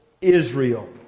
Israel